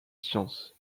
sciences